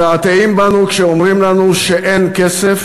מתעתעים בנו כשאומרים לנו שאין כסף,